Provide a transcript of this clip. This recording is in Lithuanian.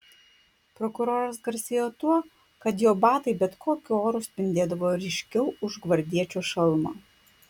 prokuroras garsėjo tuo kad jo batai bet kokiu oru spindėdavo ryškiau už gvardiečio šalmą